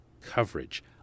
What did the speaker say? coverage